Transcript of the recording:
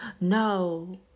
No